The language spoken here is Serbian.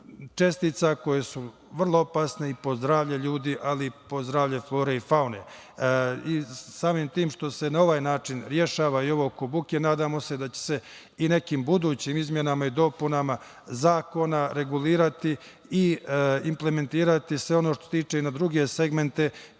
čestica koje su vrlo opasne i po zdravlje ljudi, ali i po zdravlje flore i faune. Samim tim što se na ovaj način rešava i ovo oko buke, nadamo se da će se i nekim budućim izmenama i dopunama zakona regulirati i implementirati sve ono što se tiče i na druge segmente